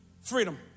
freedom